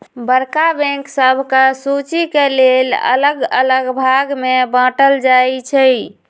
बड़का बैंक सभके सुचि के लेल अल्लग अल्लग भाग में बाटल जाइ छइ